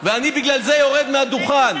ואני בגלל זה יורד מהדוכן,